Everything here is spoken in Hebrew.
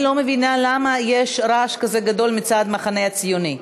אני לא מבינה למה יש רעש כזה גדול מצד המחנה הציוני.